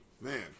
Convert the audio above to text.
Man